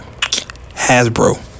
Hasbro